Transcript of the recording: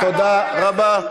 תודה רבה.